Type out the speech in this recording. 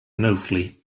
mostly